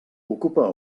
ocupa